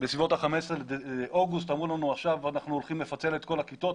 שבסביבות ה-15 באוגוסט אמרו לנו שעכשיו הולכים לפצל את כל הכיתות,